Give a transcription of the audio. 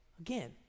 again